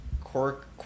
Quark